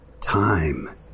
time